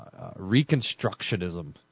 Reconstructionism